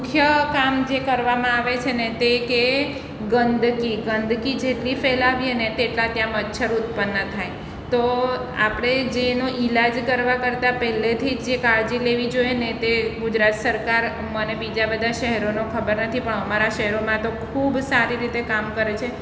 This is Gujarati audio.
મુખ્ય કામ જે કરવામાં જે આવે છે ને તે કે ગંદકી ગંદકી જેટલી ફેલાવીએને તેટલા ત્યાં મચ્છર ઉત્પન્ન થાય તો આપણે જ એનો ઈલાજ કરવા કરતાં પહેલેથી જ જે કાળજી લેવી જોઈએ ને તે ગુજરાત સરકાર મને બીજા બધા શહેરોનો ખબર નથી પણ અમારા શહેરોમાં તો ખૂબ સારી રીતે કામ કરે છે